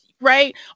right